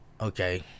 okay